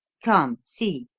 come, see.